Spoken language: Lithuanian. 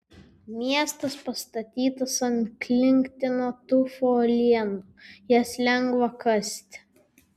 miestas pastatytas ant klintinio tufo uolienų jas lengva kasti